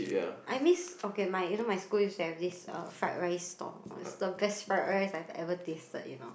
I miss okay my you know my school used to have to this uh fried rice stall it's the best fried rice I've ever tasted you know